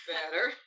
Better